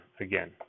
again